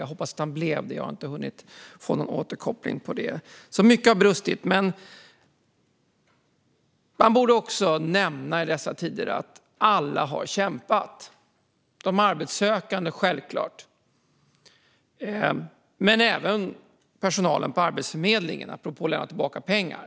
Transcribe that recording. Jag hoppas att han blev det - jag har inte hunnit få någon återkoppling om det. Mycket har alltså brustit, men man borde också nämna i dessa tider att alla har kämpat: de arbetssökande, självklart, men även personalen på Arbetsförmedlingen, apropå att lämna tillbaka pengar.